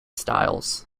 styles